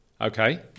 okay